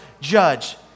judge